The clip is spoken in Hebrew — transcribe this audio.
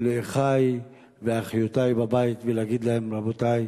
לאחי ואחיותי בבית ולהגיד להם: רבותי,